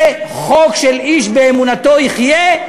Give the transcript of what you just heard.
זה חוק של איש באמונתו יחיה,